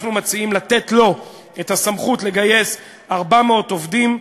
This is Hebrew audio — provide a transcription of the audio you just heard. אנחנו מציעים לתת לו את הסמכות לגייס 400 עובדים,